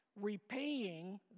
Repaying